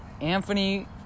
Anthony